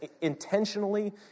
intentionally